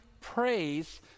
praise